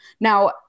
Now